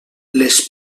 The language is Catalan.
les